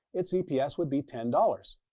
its eps would be ten dollars.